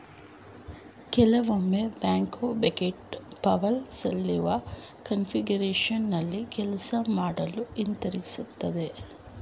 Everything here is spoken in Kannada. ಕೆಲವೊಮ್ಮೆ ಬ್ಯಾಕ್ಹೋ ಬಕೆಟನ್ನು ಪವರ್ ಸಲಿಕೆ ಕಾನ್ಫಿಗರೇಶನ್ನಲ್ಲಿ ಕೆಲಸ ಮಾಡಲು ಹಿಂತಿರುಗಿಸಲಾಗ್ತದೆ